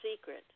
secret